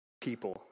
people